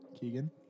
Keegan